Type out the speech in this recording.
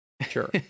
Sure